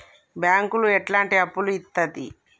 బ్యాంకులు ఎట్లాంటి అప్పులు ఇత్తది?